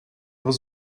was